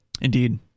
indeed